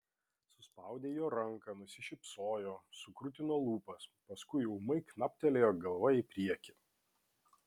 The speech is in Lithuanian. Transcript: suspaudė jo ranką nusišypsojo sukrutino lūpas paskui ūmai knaptelėjo galva į priekį